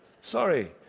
Sorry